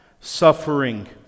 Suffering